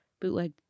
bootleg